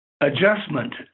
adjustment